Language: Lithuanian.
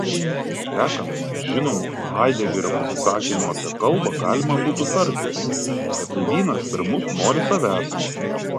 sekant žinomu haidegerio pasisakymu apie kalbą galima būtų tarti kad tai vynas per mus nori savęs